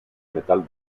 metal